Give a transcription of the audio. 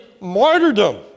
martyrdom